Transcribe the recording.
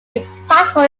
impossible